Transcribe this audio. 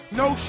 no